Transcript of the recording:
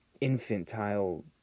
infantile